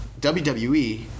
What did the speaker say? WWE